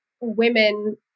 women